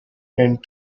and